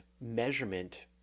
measurement